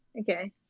Okay